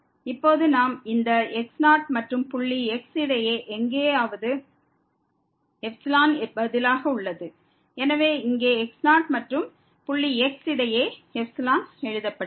இப்போது நாம் இந்த x0 மற்றும் புள்ளி x இடையே எங்காவது ξ பதிலாக உள்ளது எனவே இங்கே x0 மற்றும் புள்ளி x இடையே ξ எழுதப்பட்டது